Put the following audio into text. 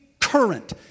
current